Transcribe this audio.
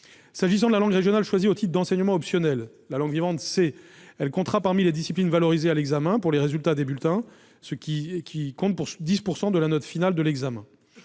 S'agissant de la langue régionale choisie au titre d'enseignement optionnel, la langue vivante C, elle comptera parmi les disciplines valorisées à l'examen pour les résultats des bulletins, soit 10 % de la note finale de l'examen.